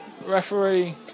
Referee